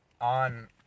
on